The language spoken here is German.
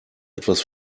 etwas